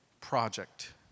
project